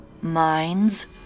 minds